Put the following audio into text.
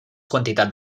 quantitat